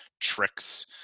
tricks